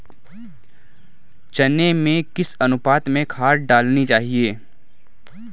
चने में किस अनुपात में खाद डालनी चाहिए?